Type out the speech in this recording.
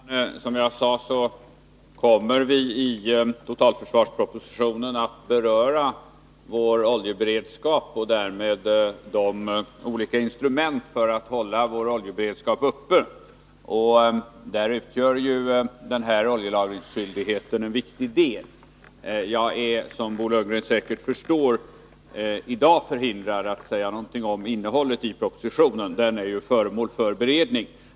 Herr talman! Som jag sade kommer vi i totalförsvarspropositionen att beröra vår oljeberedskap och de olika instrument vi har för att hålla vår oljeberedskap uppe. Där utgör ju oljelagringsskyldigheten en viktig del. Jag är, som Bo Lundgren säkert förstår, i dag förhindrad att säga någonting om innehållet i propositionen. Den är ju föremål för beredning.